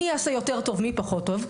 מי יעשה יותר טוב מי פחות טוב,